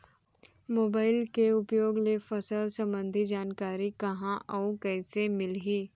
Mobile के उपयोग ले फसल सम्बन्धी जानकारी कहाँ अऊ कइसे मिलही?